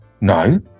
No